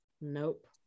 Nope